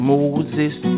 Moses